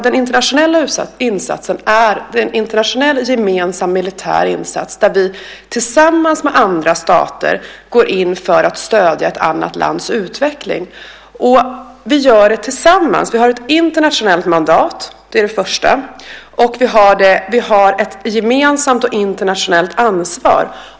Den internationella insatsen är en internationell gemensam militär insats där vi tillsammans med andra stater går in för att stödja ett annat lands utveckling. Vi gör det tillsammans. Vi har ett internationellt mandat. Det är det första. Och vi har ett gemensamt och internationellt ansvar.